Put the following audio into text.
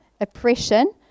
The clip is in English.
oppression